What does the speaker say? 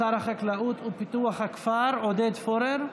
שר החקלאות ופיתוח הכפר עודד פורר.